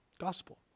gospel